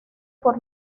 por